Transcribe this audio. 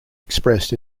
expressed